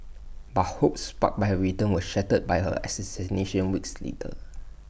but hopes sparked by her return were shattered by her assassination weeks later